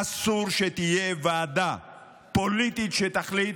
אסור שתהיה ועדה פוליטית שתחליט